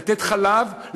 לתת חלב,